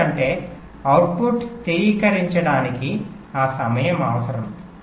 ఎందుకంటే అవుట్పుట్ స్థిరీకరించడానికి ఆ సమయం అవసరం